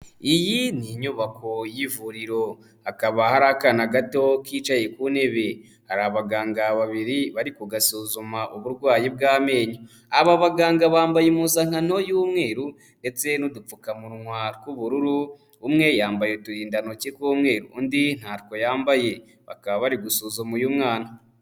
Iyi ni inyubako y'ivuriro, hakaba hari akana gato kicaye ku ntebe, hari abaganga babiri bari kugasuzuma uburwayi bw'amenyo. Aba baganga bambaye impuzankano y'umweru ndetse n'udupfukamunwa tw'ubururu, umwe yambaye uturindantoki tw'umweru undi ntatwo yambaye bakaba bari gusuzuma uyu mwana.